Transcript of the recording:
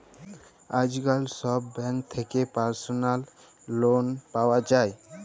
আইজকাল ছব ব্যাংক থ্যাকে পার্সলাল লল পাউয়া যায়